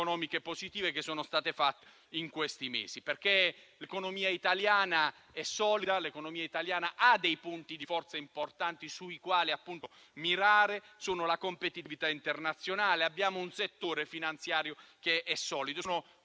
positive che sono state fatte in questi mesi, perché l'economia italiana è solida, ha dei punti di forza importanti sui quali fare leva, come la competitività internazionale e un settore finanziario solido.